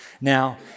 Now